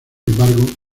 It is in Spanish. embargo